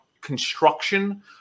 construction